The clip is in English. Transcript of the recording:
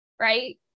right